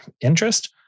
interest